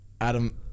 Adam